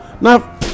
Now